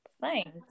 thanks